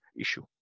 issue